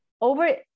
over